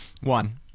One